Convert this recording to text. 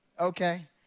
okay